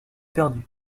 perdue